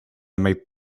made